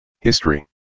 History